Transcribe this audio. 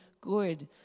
good